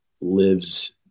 lives